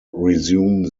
resume